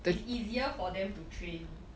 it's easier for them to train